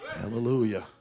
hallelujah